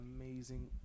amazing